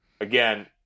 again